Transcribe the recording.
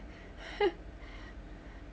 ha